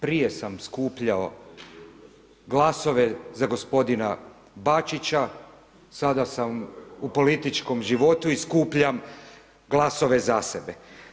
Prije sam skupljao glasove za gospodina Bačića, sada sam u političkom životu i skupljam glasove za sebe.